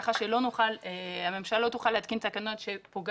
כך שהממשלה לא תוכל לתקן תקנות שמונעות